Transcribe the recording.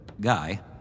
Guy